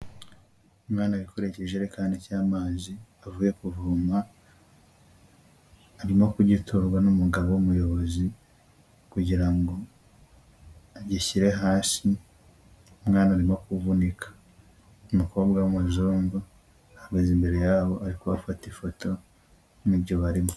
Umwana wikoreye ikijerekani cy'amazi avuye kuvoma, arimo kugiturwa n'umugabo w'umuyobozi kugira ngo agishyire hasi, umwana arimo kuvunika. Umukobwa w'umuzungu ahagaze imbere yabo arimo kubafata ifoto, ni byo barimo.